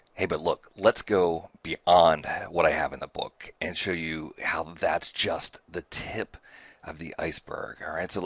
hey, but look, let's go beyond what i have in the book and show you how that's just the tip of the iceberg. alright? so,